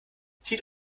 zieht